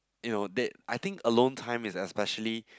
you know that I think alone time is especially